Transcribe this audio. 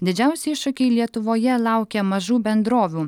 didžiausi iššūkiai lietuvoje laukia mažų bendrovių